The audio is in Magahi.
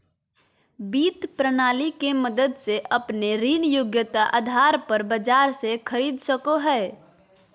वित्त प्रणाली के मदद से अपने ऋण योग्यता आधार पर बाजार से खरीद सको हइ